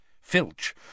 Filch